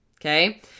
okay